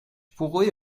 pourrais